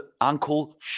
Uncle